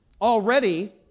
already